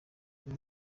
uyu